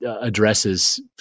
addresses